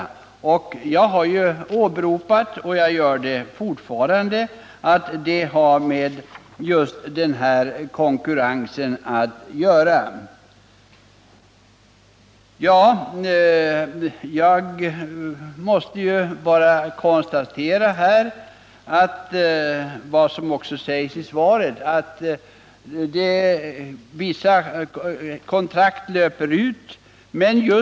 I övrigt är det inte den minsta skillnad. Som jag tidigare framhållit har detta att göra med konkurrensen på det här området. Jag konstaterar, och det sägs också i svaret, att vissa kontrakt håller på att löpa ut.